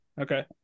Okay